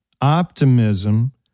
optimism